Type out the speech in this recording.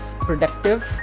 productive